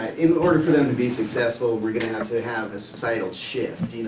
in order for them to be successful, we're going to have to have a societal shift.